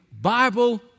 Bible